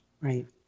Right